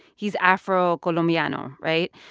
he's afrocolombiano, right?